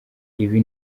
ibi